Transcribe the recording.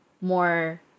more